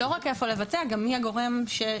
לא רק איפה לבצע, אלא גם מי הגורם שיבדוק.